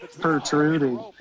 protruding